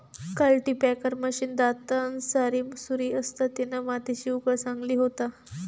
cultipacker machine दातांसारी सुरी असता तिना मातीची उकळ चांगली होता